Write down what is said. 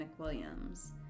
McWilliams